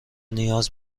نیاز